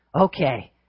okay